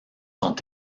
sont